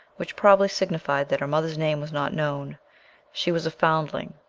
which probably signified that her mother's name was not known she was a foundling.